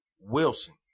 Wilson